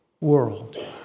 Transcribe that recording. world